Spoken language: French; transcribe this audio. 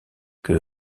que